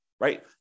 right